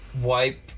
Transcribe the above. wipe